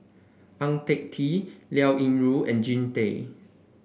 Ang Tay Tee Liao Yingru and Jean Tay